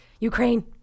Ukraine